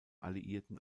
alliierten